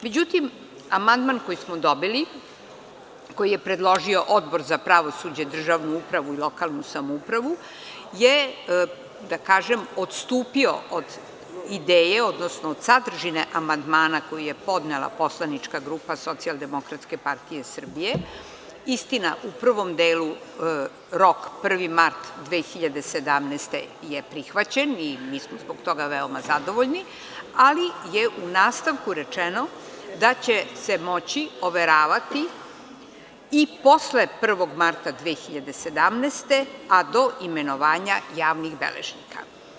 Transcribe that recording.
Međutim, amandman koji smo dobili, koji je predložio Odbor za pravosuđe, državnu upravu i lokalnu samoupravu, je odstupio od ideje, odnosno od sadržine amandmana koji je podnela poslanička grupa Socijaldemokratske partije Srbije, istina, u prvom delu rok 1. mart 2017. godine je prihvaćen i mi smo zbog toga veoma zadovoljni, ali je u nastavku rečeno da će se moći overavati i posle 1. marta 2017. godine, a do imenovanja javnih beležnika.